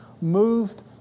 moved